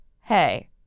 hey